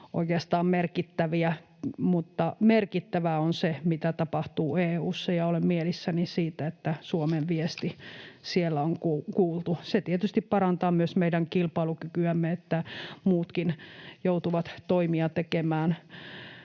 oikeastaan merkittäviä, mutta merkittävää on se, mitä tapahtuu EU:ssa, ja olen mielissäni siitä, että Suomen viesti siellä on kuultu. Se tietysti parantaa myös meidän kilpailukykyämme, että muutkin joutuvat toimia tekemään